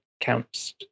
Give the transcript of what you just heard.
counts